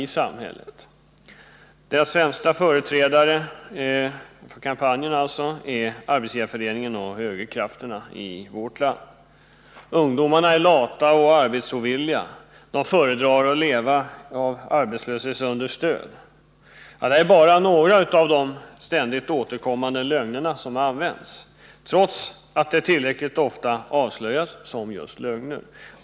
Kampanjens främsta företrädare är Arbetsgivareföreningen och andra högerkrafter i vårt land. Ungdomarna är lata och arbetsovilliga, de föredrar att leva av arbetslöshetsunderstöd — detta är bara några av de lögner som ständigt återkommer, trots att de tillräckligt ofta har avslöjats som just lögner.